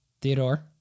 Theodore